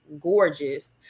gorgeous